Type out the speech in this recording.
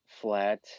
flat